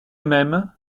même